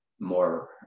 more